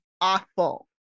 awful